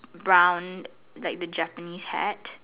brown like the Japanese hat